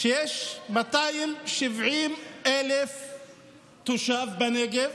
שיש בו 270,000 תושבים, בנגב,